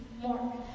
more